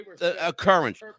occurrence